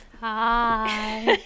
Hi